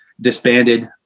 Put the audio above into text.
disbanded